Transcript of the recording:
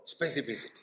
specificity